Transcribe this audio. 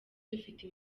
dufite